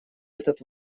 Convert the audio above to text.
этот